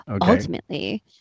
Ultimately